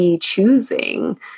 choosing